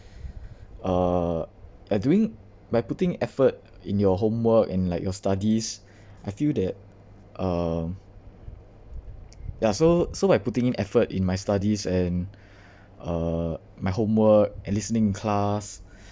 uh by doing by putting effort in your homework and like your studies I feel that uh yeah so so by putting in effort in my studies and uh my homework and listening in class